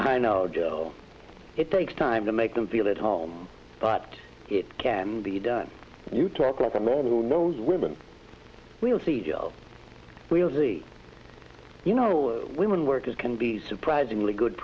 i know it takes time to make them feel at home but it can be done you talk with a man who knows women we'll see we'll see you know women workers can be surprisingly good